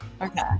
Okay